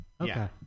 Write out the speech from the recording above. Okay